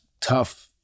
tough